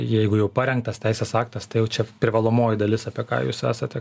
jeigu jau parengtas teisės aktas tai čia privalomoji dalis apie ką jūs esate